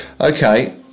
Okay